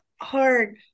hard